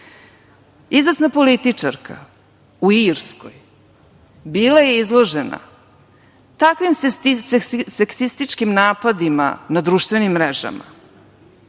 Izvesna političarka u Irskoj bila je izložena takvim seksističkim napadima na društvenim mrežama